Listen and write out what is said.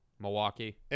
Milwaukee